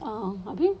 a'ah abeh